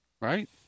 right